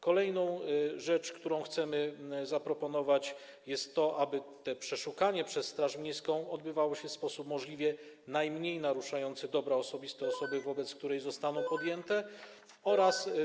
Kolejną rzeczą, którą chcemy zaproponować, jest to, aby przeszukanie przez straż gminną odbywało się w sposób możliwie najmniej naruszający dobra osobiste osoby, wobec której zostaną podjęte te czynności.